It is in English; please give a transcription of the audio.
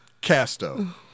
casto